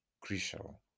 crucial